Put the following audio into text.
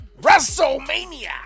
WrestleMania